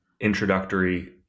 introductory